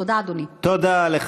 תודה, אדוני.